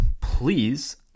please